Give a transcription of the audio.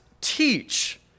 teach